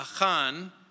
Achan